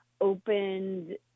opened